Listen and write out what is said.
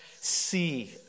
see